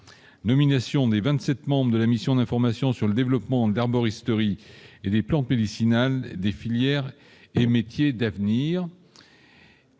Nomination des vingt-sept membres de la mission d'information sur le développement de l'herboristerie et des plantes médicinales, des filières et métiers d'avenir.